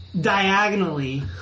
diagonally